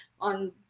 on